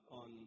on